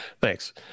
Thanks